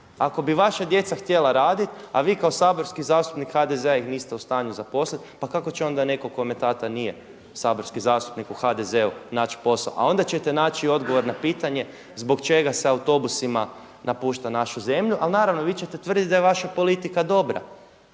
Ako bi vaša djeca htjela raditi a vi kao saborski zastupnik HDZ-a ih niste u stanju zaposliti pa kako će onda netko kome tata nije saborski zastupnik u HDZ-u naći posao? A onda ćete naći odgovor na pitanje zbog čega se autobusima napušta našu zemlju, ali naravno vi ćete tvrditi da je vaša politika dobra,